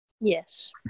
Yes